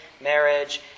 marriage